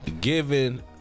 given